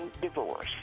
divorce